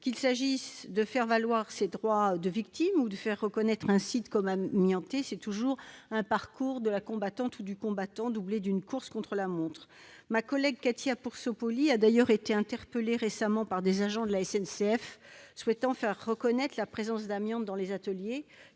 Qu'il s'agisse de faire valoir ses droits de victimes ou de faire reconnaître un site comme amianté, c'est toujours un parcours du combattant, doublé d'une course contre la montre. Ma collègue Cathy Apourceau-Poly a d'ailleurs été interpellée récemment par des agents de la SNCF qui souhaitaient faire reconnaître la présence d'amiante dans les ateliers,